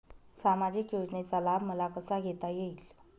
सामाजिक योजनेचा लाभ मला कसा घेता येईल?